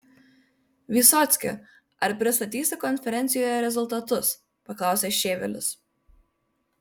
vysocki ar pristatysi konferencijoje rezultatus paklausė šėvelis